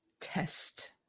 test